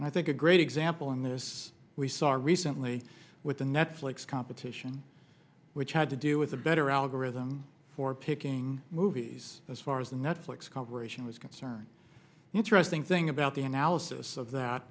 and i think a great example and this we saw recently with the netflix competition which had to do with a better algorithm for picking movies as far as netflix conversation was concerned the interesting thing about the analysis of that